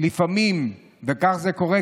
שלפעמים כך זה קורה,